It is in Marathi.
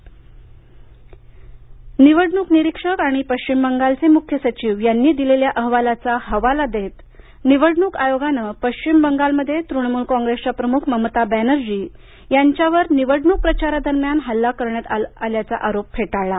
ममता बनर्जी हल्ला निवडणूक निरीक्षक आणि पश्चिम बंगालचे मुख्य सचिव यांनी दिलेल्या अहवालाचा हवाला देत निवडणूक आयोगानं पश्चिम बंगालमध्ये तृणमूल कॉंग्रेसच्या प्रमुख ममता बॅनर्जी यांच्यावर निवडणूक प्रचारादरम्यान हल्ला करण्यात आल्याचा आरोप फेटाळला आहे